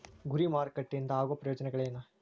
ಗುರಿ ಮಾರಕಟ್ಟೆ ಇಂದ ಆಗೋ ಪ್ರಯೋಜನಗಳೇನ